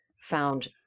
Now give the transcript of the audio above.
found